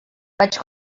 vaig